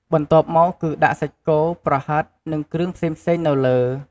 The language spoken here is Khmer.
បន្ទាប់មកគឺដាក់សាច់គោ ប្រហិត និង គ្រឿងផ្សេងៗនៅលើ។